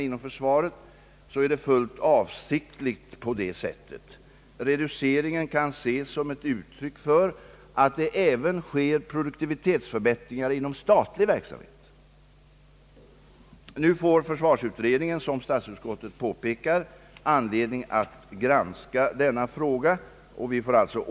Det är fullt avsiktligt; reduceringen skall ses som ett uttryck för att det också inom statlig verksamhet förekommer produktivitetsförbättringar. Nu får försvarsutredningen ta ställning till detta i höst, och så får vi se hur det blir i framtiden.